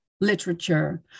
literature